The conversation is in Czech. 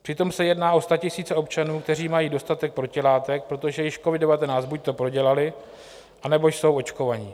Přitom se jedná o statisíce občanů, kteří mají dostatek protilátek, protože již covid19 buďto prodělali, anebo jsou očkovaní.